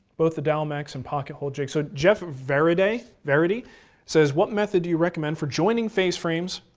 both the dowelmax and pocket hole jigs. so jeff veredy veredy says, what method do you recommend for joining face frames?